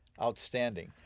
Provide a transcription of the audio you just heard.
outstanding